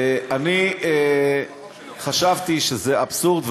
אני חשבתי שזה אבסורד,